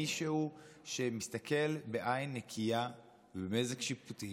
מישהו שמסתכל בעין נקייה ובמזג שיפוטי,